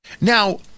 now